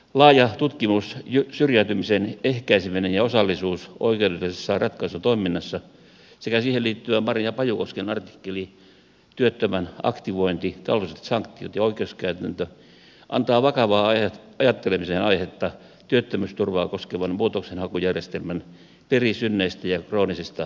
laaja tutkimus syrjäytymisen ehkäiseminen ja osallisuus oikeudellisessa ratkaisutoiminnassa sekä siihen liittyvä marja pajukosken artikkeli työttömän aktivointi taloudelliset sanktiot ja oikeuskäytäntö antavat vakavaa ajattelemisen aihetta työttömyysturvaa koskevan muutoksenhakujärjestelmän perisynneistä ja kroonisista ongelmista